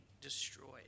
destroyed